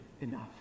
enough